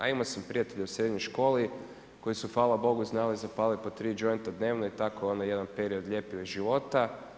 A imao sam prijatelja u srednjoj školi, koji su hvala Bogu znali zapaliti po 3 jointa dnevno i tako onda jedan period … života.